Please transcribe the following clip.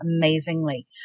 Amazingly